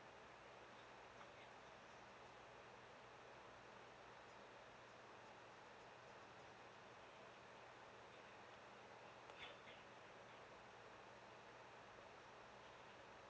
uh